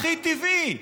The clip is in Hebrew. הכי טבעי,